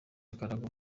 akarago